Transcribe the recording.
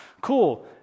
Cool